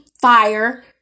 fire